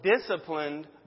disciplined